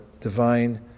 divine